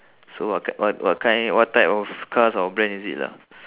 so what ki~ what what kind what type of cars or brand is it lah